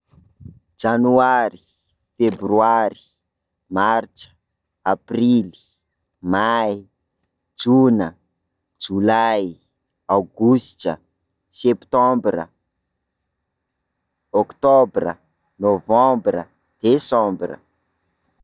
Janoary, febroary, martsa, aprily, may, jona, jolay, aogositra, septambra, oktobra, novambra, desambra.